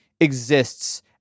exists